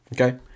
Okay